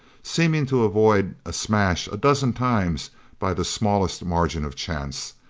seeming to avoid a smash a dozen times by the smallest margin of chance,